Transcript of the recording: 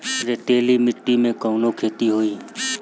रेतीली माटी में कवन खेती होई?